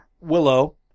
Willow